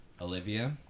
Olivia